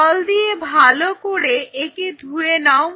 জল দিয়ে ভালো করে একে ধুয়ে নাও